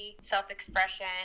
self-expression